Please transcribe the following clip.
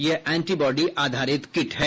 यह एंटीबॉडी आधारित किट है